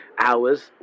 hours